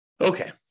Okay